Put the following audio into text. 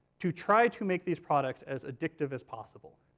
to try to make these products as addictive as possible.